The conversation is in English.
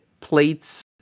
plates